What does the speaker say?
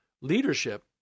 leadership